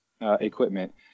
equipment